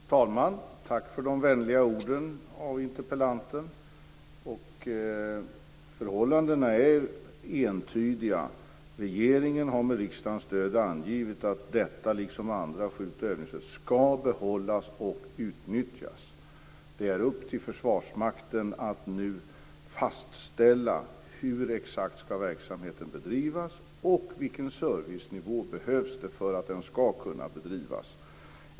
Fru talman! Tack för de vänliga orden från interpellanten. Förhållandena är entydiga. Regeringen har med riksdagens stöd angivit att detta liksom andra skjutoch övningsfält ska behållas och utnyttjas. Det är upp till Försvarsmakten att nu fastställa exakt hur verksamheten ska bedrivas och vilken servicenivå som behövs för att den ska kunna bedrivas.